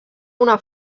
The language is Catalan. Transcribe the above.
una